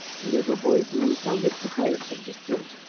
little boy blue found it tiresome to sit,